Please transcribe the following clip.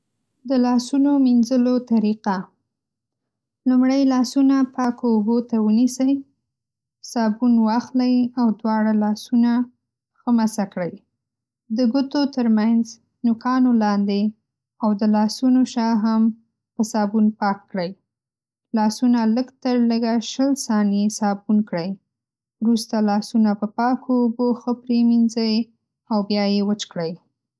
د لاسونو مینځلو طريقه: لومړی لاسونه پاکو اوبو ته ونیسئ. صابون واخلئ او دواړه لاسونه ښه مسح کړئ. د ګوتو ترمنځ، نوکانو لاندې او د لاسونو شا هم په صابون پاک کړئ. لاسونه لږ تر لږه شل ثانیې صابون کړئ. وروسته لاسونه په پاکو اوبو ښه پرې مینځئ او بیا یې وچ کړئ.